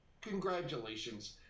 Congratulations